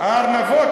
הארנבות.